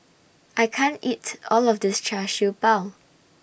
I can't eat All of This Char Siew Bao